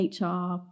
HR